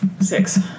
Six